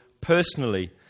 personally